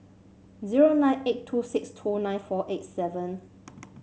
zero nine eight two six two nine four eight seven